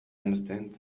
understand